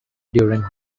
during